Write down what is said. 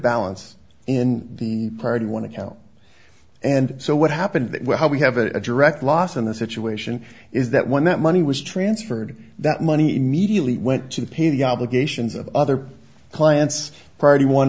balance in the pride one account and so what happened that well we have a direct loss and the situation is that when that money was transferred that money immediately went to pay the obligations of other clients priority one